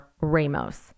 Ramos